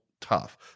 tough